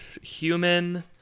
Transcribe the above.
human